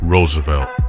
Roosevelt